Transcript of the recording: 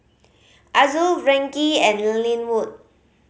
Azul Frankie and Lynwood